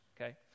okay